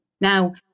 Now